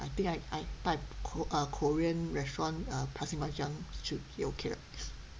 I think I I type ko~ uh korean restaurant uh pasir panjang should be okay right